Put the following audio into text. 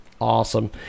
Awesome